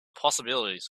possibilities